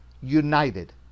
united